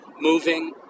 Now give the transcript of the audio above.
moving